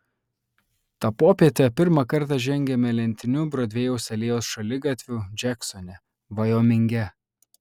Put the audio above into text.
tą popietę pirmą kartą žengiame lentiniu brodvėjaus alėjos šaligatviu džeksone vajominge